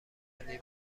نیمه